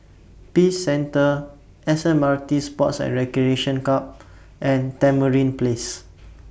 Peace Centre S M R T Sports and Recreation Club and Tamarind Place